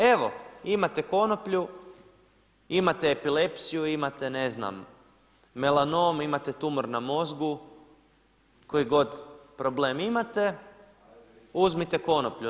Evo imate konoplju, imate epilepsiju, imate ne znam melanom, imate tumor na mozgu koji god problem imate, uzmite konoplju.